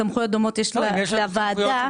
סמכויות דומות יש לוועדה -- חוץ מסמכויות